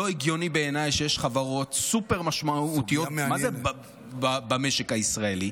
לא הגיוני בעיניי שיש חברות סופר-משמעותיות במשק הישראלי,